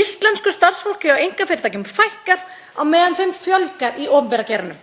Íslensku starfsfólki hjá einkafyrirtækjum fækkar á meðan því fjölgar í opinbera geiranum.